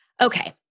Okay